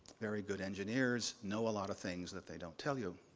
very good engineers know a lot of things that they don't tell you.